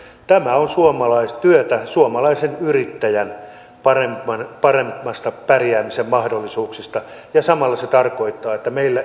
tämä on suomalaistyötä suomalaisen yrittäjän paremmista pärjäämisen mahdollisuuksista samalla se tarkoittaa että meillä